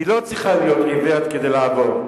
היא לא צריכה להיות עיוורת כדי לעבור.